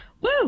Woo